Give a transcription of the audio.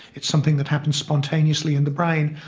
it's something that happens spontaneously in the brain.